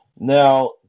Now